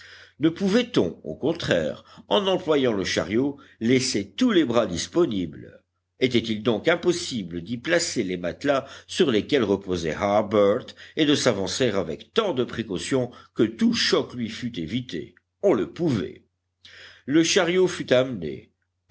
ne pouvait-on au contraire en employant le chariot laisser tous les bras disponibles était-il donc impossible d'y placer les matelas sur lesquels reposait harbert et de s'avancer avec tant de précaution que tout choc lui fût évité on le pouvait le chariot fut amené